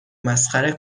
مسخره